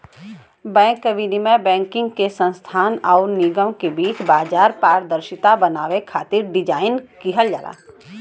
bank विनियम banking संस्थान आउर निगम के बीच बाजार पारदर्शिता बनावे खातिर डिज़ाइन किहल जाला